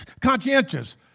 conscientious